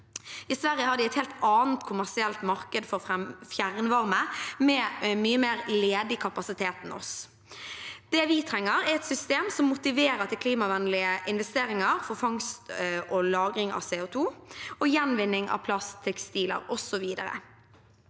I Sverige har de et helt annet kommersielt marked for fjernvarme, med mye mer ledig kapasitet enn oss. Det vi trenger, er et system som motiverer til klimavennlige investeringer for fangst og lagring av CO2 og gjenvinning av plast, tekstiler osv.